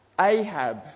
Ahab